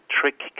trick